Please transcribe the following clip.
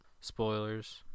spoilers